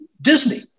Disney